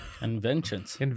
Inventions